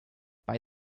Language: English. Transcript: buy